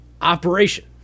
operation